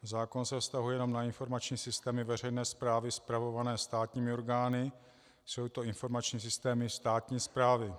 Zákon se vztahuje jenom na informační systémy veřejné správy spravované státními orgány, jsou to informační systémy státní správy.